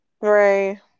right